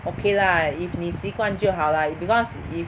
okay lah if 你习惯就好 lah because if